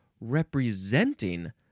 Representing